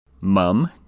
Mum